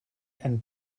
and